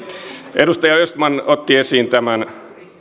edustaja östman otti esiin tämän